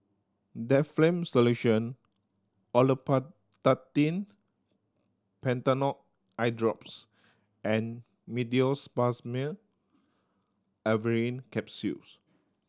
Difflam Solution Olopatadine Patanol Eyedrops and Meteospasmyl Alverine Capsules